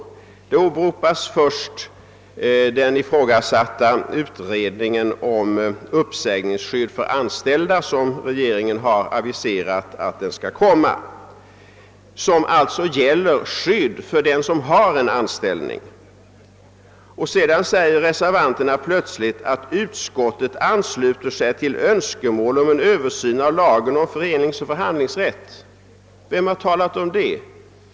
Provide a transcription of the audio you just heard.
Först åberopas den ifrågasatta utredningen om uppsägningsskydd för de anställda, som regeringen har aviserat och som alltså gäller skydd för dem som har en anställning. Sedan säger reservanterna plötsligt: »Utskottet ansluter sig till önskemålet om en översyn av lagen om föreningsoch förhandlingsrätt ———.» Vem har talat om det?